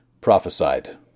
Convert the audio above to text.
prophesied